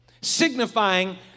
signifying